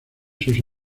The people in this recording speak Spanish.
sus